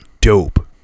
dope